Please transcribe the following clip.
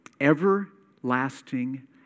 everlasting